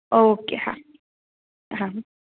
okay હા હા